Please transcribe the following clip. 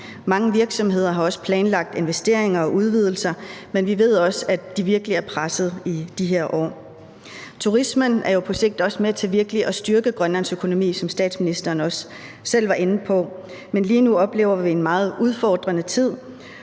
Mange virksomheder har også planlagt investeringer og udvidelser, men vi ved, at de virkelig er pressede i de her år. Turismen er jo på sigt også med til virkelig at styrke Grønlands økonomi, hvilket statsministeren også selv var inde på, men lige nu oplever vi en meget udfordrende tid,